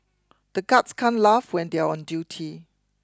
the guards can't laugh when they are on duty